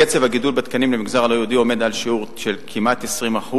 קצב הגידול בתקנים למגזר הלא-יהודי עומד על שיעור של כמעט 20%,